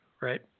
right